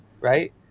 right